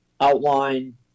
outline